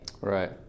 Right